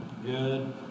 Good